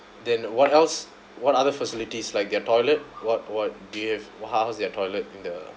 then what else what other facilities like their toilet what what do you have how how's their toilet in the